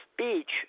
speech